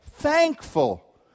thankful